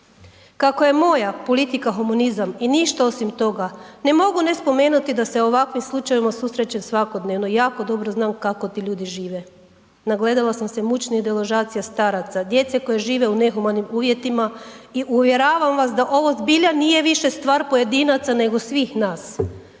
Kako je moja politika humanizam i ništa osim toga ne mogu ne spomenuti da se s ovakvim slučajevima susrećem svakodnevno, jako dobro znam kako ti ljudi žive, nagledala sam se mučnih deložacija staraca, djece koja žive u nehumanim uvjetima i uvjeravam vas da ovo zbilja nije više stvar pojedinca, nego svih nas